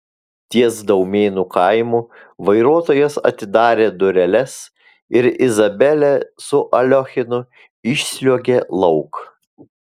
ties daumėnų kaimu vairuotojas atidarė dureles ir izabelė su aliochinu išsliuogė lauk